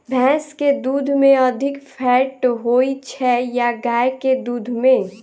भैंस केँ दुध मे अधिक फैट होइ छैय या गाय केँ दुध में?